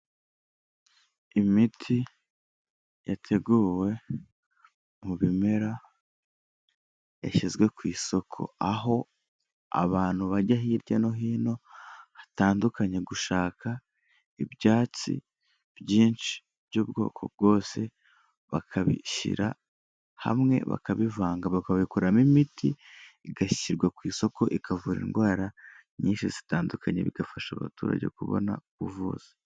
Imiti yateguwe mu bimera yashyizwe ku isoko, aho abantu bajya hirya no hino hatandukanye gushaka ibyatsi byinshi by'ubwoko bwose bakabishyira hamwe bakabivanga bakabikuramo imiti igashyirwa ku isoko ikavura indwara nyinshi zitandukanye bigafasha abaturage kubona ubu kuvuza.